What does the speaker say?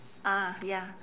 ah ya